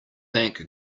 thank